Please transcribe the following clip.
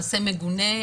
מעשה מגונה,